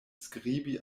skribi